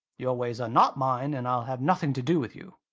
your ways are not mine, and i'll have nothing to do with you.